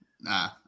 nah